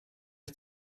are